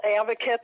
advocates